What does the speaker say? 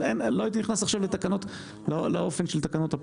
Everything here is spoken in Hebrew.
לא הייתי נכנס עכשיו לאופן של תקנות הפיצוי.